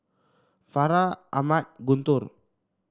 Farah Ahmad Guntur